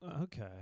Okay